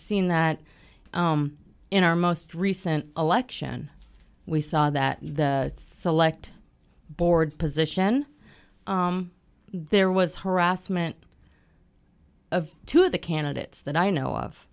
seen that in our most recent election we saw that the select board position there was harassment of two of the candidates that i know of